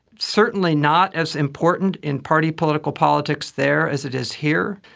certainly not as important in party political politics there as it is here,